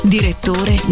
Direttore